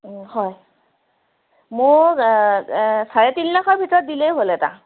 হয় মোক চাৰে তিনি লাখৰ ভিতৰত দিলেই হ'ল এটা